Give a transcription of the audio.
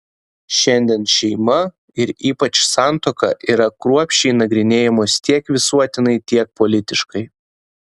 šiandien šeima ir ypač santuoka yra kruopščiai nagrinėjamos tiek visuotinai tiek politiškai